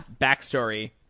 backstory